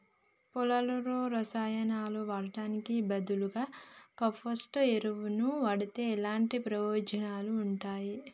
పొలంలో రసాయనాలు వాడటానికి బదులుగా కంపోస్ట్ ఎరువును వాడితే ఎలాంటి ప్రయోజనాలు ఉంటాయి?